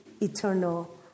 eternal